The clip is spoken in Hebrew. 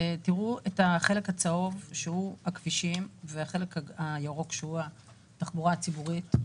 תראו את החלק הצהוב של כבישים ואת החלק הירוק של תחבורה ציבורית.